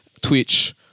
Twitch